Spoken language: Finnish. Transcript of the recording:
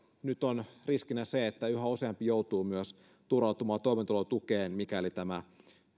nyt on riskinä se että yhä useampi joutuu turvautumaan myös toimeentulotukeen mikäli tämä